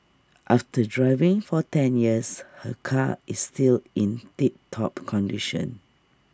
after driving for ten years her car is still in tip top condition